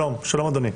שלום, אדוני.